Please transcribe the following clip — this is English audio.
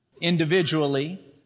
individually